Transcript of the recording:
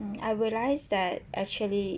mm I realised that actually